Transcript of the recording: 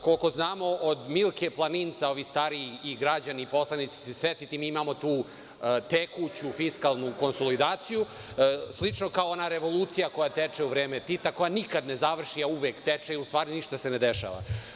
Koliko znamo, od Milke Planinc, ovi stariji i građani, poslanici će se setiti, mi imamo tu tekuću fiskalnu konsolidaciju, slično kao ona revolucija koja teče u vreme Tita, koja nikad ne završi, a uvek teče i u stvari ništa se ne dešava.